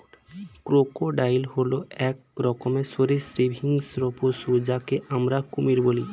crocodile হল এক রকমের সরীসৃপ হিংস্র পশু যাকে আমরা কুমির বলি